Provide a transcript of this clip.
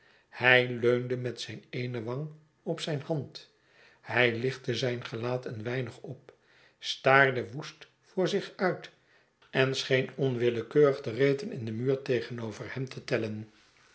hij leunde met zijn eene wang op zijn hand hij lichtte zijn gelaat een weinig op staarde woest voor zich uit en scheen onwillekeurig de reten in den muur tegenover hem te tellen